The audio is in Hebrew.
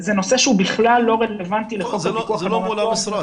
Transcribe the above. זה נושא שהוא בכלל לא רלוונטי לחוק הפיקוח על מעונות.